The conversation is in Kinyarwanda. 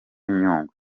nyungwe